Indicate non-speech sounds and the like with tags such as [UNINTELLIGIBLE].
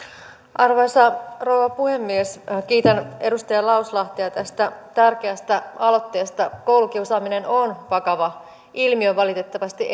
arvoisa rouva puhemies kiitän edustaja lauslahtea tästä tärkeästä aloitteesta koulukiusaaminen on vakava ilmiö valitettavasti [UNINTELLIGIBLE]